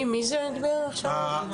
מי זה דיבר עכשיו?